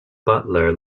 butler